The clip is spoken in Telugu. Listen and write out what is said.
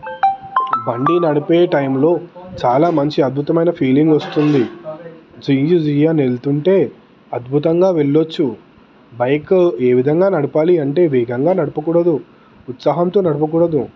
బండి నడిపే టైంలో చాలా మంచి అద్భుతమైన ఫీలింగ్ వస్తుంది జూయి జూయి అని వెళుతుంటే అద్భుతంగా వెళ్ళొచ్చు బైక్ ఏ విధంగా నడపాలి అంటే వేగంగా నడపకూడదు ఉత్సాహంతో నడపకూడదు